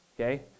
Okay